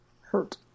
hurt